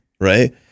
right